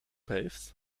heeft